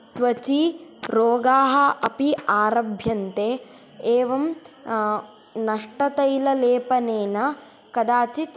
त्वचि रोगाः अपि आरभ्यन्ते एवं नष्टतैललेपनेन कदाचित्